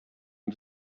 and